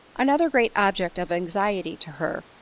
another great object of anxiety to her,